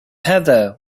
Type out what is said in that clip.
heather